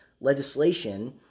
legislation